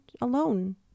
alone